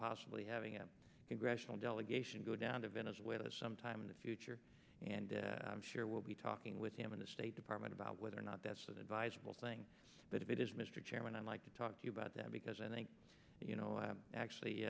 possibly having a congressional delegation go down to venezuela sometime in the future and i'm sure we'll be talking with him in the state department about whether or not that's advisable thing but if it is mr chairman i'd like to talk to you about that because i think you know actually